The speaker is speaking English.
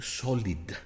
solid